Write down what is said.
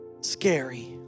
scary